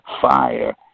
fire